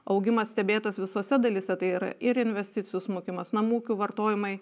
augimas stebėtas visose dalyse tai yra ir investicijų smukimas namų ūkių vartojimai